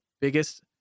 biggest